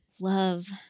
love